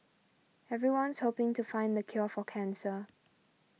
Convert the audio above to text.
everyone's hoping to find the cure for cancer